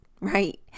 right